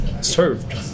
served